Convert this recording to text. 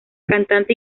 cantante